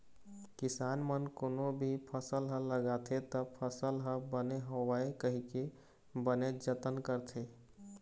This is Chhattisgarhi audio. किसान मन कोनो भी फसल ह लगाथे त फसल ह बने होवय कहिके बनेच जतन करथे